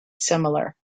similar